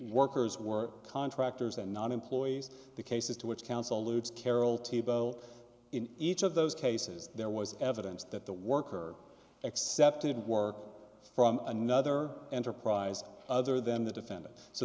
workers were contractors and not employees the cases to which council ludes carol t bo in each of those cases there was evidence that the worker accepted work from another enterprise other than the defendant so